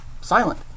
silent